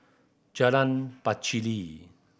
Jalan Pacheli